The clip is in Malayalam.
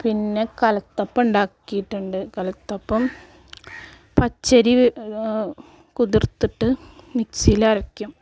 പിന്നെ കലത്തപ്പം ഉണ്ടാക്കിയിട്ടുണ്ട് കലത്തപ്പം പച്ചരി കുതിർത്തിട്ട് മിക്സിയിൽ അരയ്ക്കും